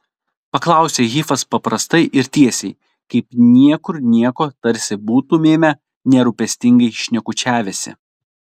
paklausė hifas paprastai ir tiesiai kaip niekur nieko tarsi būtumėme nerūpestingai šnekučiavęsi